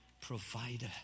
provider